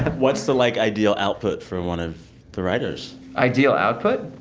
what's the, like, ideal output for one of the writers? ideal output?